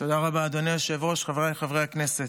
תודה רבה אדוני היושב-ראש, חבריי חברי הכנסת,